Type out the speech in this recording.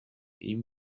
ihm